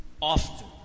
Often